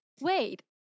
wait